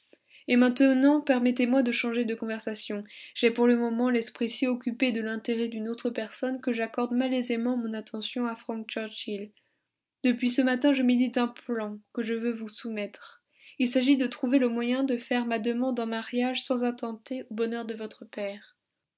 et maintenant permettez-moi de changer de conversation j'ai pour le moment l'esprit si occupé de l'intérêt d'une autre personne que j'accorde malaisément mon attention à frank churchill depuis ce matin je médite un plan que je veux vous soumettre il s'agit de trouver le moyen de faire ma demande en mariage sans attenter au bonheur de votre père